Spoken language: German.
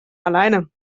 alleine